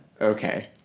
Okay